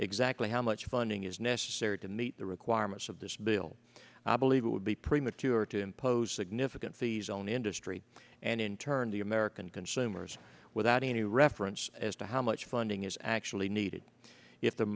exactly how much funding is necessary to meet the requirements of this bill i believe it would be premature to impose significant the zone industry and in turn the american consumers without any reference as to how much funding is actually needed if the